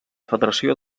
federació